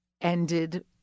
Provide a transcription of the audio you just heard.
ended